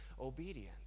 obedient